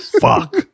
fuck